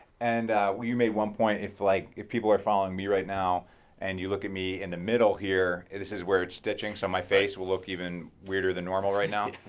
and when you made one point if like if people were following me right now and you look at me in the middle here it is where it's stitching so my face will be even weirder than normal right now.